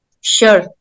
Sure